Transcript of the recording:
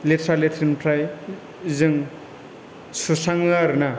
लेथ्रा लेथ्रिनिफ्राय जों सुस्राङो आरो ना